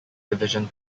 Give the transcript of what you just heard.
division